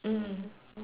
mm